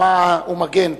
"חומה ומגן",